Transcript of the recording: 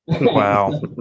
wow